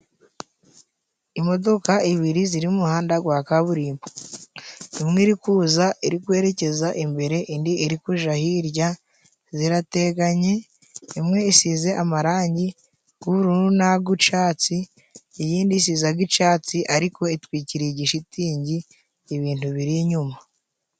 Imodoka ibiri ziri mu muhanda gwa kaburimbo, imwe iri kuza iri kwerekeza imbere indi iri kuja hirya zirateganye, imwe isize amarangi g'ubururu n'ag'icatsi, iyindi isize ag'icatsi ariko itwikiriye igishitingi ibintu biri inyuma.